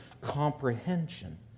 comprehension